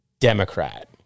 Democrat